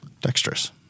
dexterous